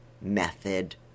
method